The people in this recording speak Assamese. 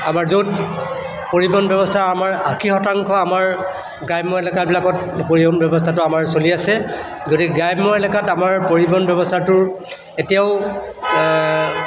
আমাৰ য'ত পৰিবহণ ব্যৱস্থাৰ আমাৰ আশী শতাংশ আমাৰ গ্ৰাম্য এলেকাবিলাকত পৰিবহণ ব্যৱস্থাটো আমাৰ চলি আছে গতিকে গ্ৰাম্য এলেকাত আমাৰ পৰিবহণ ব্যৱস্থাটোৰ এতিয়াও